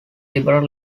liberal